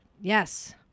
Yes